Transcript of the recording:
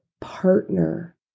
partner